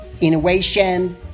Innovation